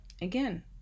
again